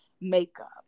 makeup